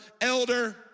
elder